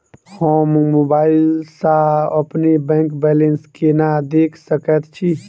हम मोबाइल सा अपने बैंक बैलेंस केना देख सकैत छी?